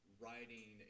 writing